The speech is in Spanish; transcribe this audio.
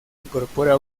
incorpora